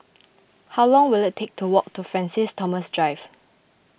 how long will it take to walk to Francis Thomas Drive